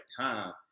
time